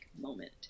moment